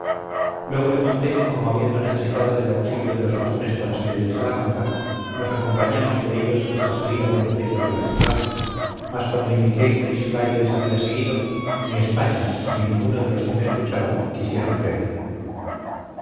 luego le conté cómo habiendo necesitado del auxilio de los masones para salir de salamanca nos acompañamos de ellos hasta salir a buen trecho de la ciudad mas cuando indiqué que miss fly les había seguido ni españa ni ninguno de los que me escuchaban quisieron creerme